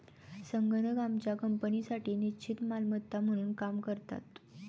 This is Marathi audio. संगणक आमच्या कंपनीसाठी निश्चित मालमत्ता म्हणून काम करतात